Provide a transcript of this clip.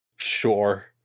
sure